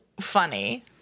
Funny